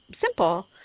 simple